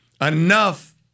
enough